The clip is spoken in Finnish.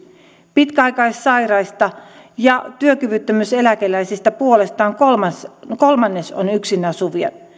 pitkäaikaissairaista ja työkyvyttömyyseläkeläisistä puolestaan kolmannes on yksin asuvia